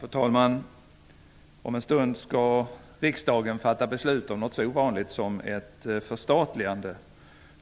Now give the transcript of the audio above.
Fru talman! Om en stund skall riksdagen fatta beslut om något så ovanligt som förstatligande